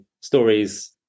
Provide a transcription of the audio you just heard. stories